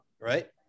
Right